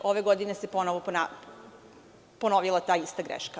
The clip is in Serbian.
Ove godine se ponovo ponovila ta ista greška.